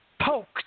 Poked